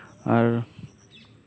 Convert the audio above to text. ᱟᱨ